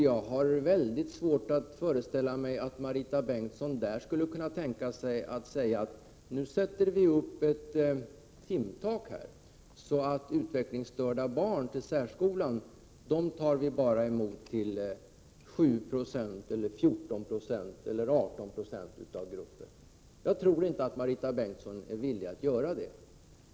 Jag har väldigt svårt att föreställa mig att Marita Bengtsson skulle kunna tänka sig att säga: Nu sätter vi upp ett timtak så att vi tar emot bara 7 96, 14 96 eller 18 70 av utvecklingsstörda barn i särskolan. Jag tror inte att Marita Bengtsson är villig att göra det.